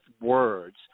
words